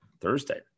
Thursday